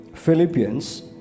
Philippians